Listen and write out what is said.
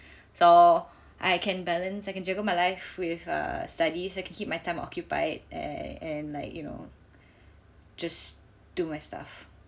so I can balance I can juggle my life with err studies I can keep my time occupied eh and like you know just do my stuff